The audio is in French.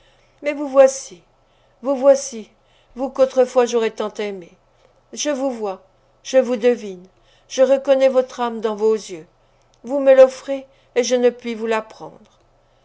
mais vous voici vous voici vous qu'autrefois j'aurais tant aimé je vous vois je vous devine je reconnais votre âme dans vos yeux vous me l'offrez et je ne puis vous la prendre